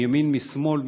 מימין משמאל,